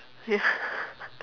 ya